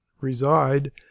reside